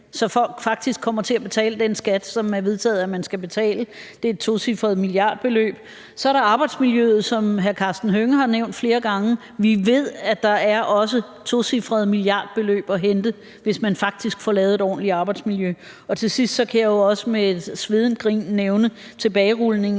så folk faktisk kommer til at betale den skat, som det er vedtaget at man skal betale. Det er et tocifret milliardbeløb. Så er der arbejdsmiljøet, som hr. Karsten Hønge har nævnt flere gange. Vi ved, at der også er tocifrede milliardbeløb at hente, hvis man faktisk får lavet et ordentligt arbejdsmiljø. Til sidst kan jeg jo også med et svedent grin nævne tilbagerulningen